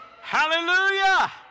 Hallelujah